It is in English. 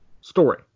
story